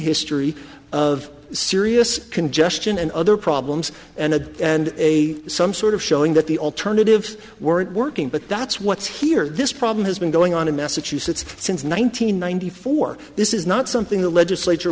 history of serious congestion and other problems and a and a some sort of showing that the alternatives weren't working but that's what's here this problem has been going on in massachusetts since one thousand nine hundred ninety four this is not something the legislature